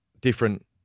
different